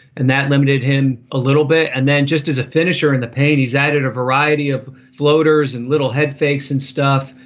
and that limited him a little bit. and then just as a finisher in the paint, he's added a variety of floaters and little head fakes and stuff.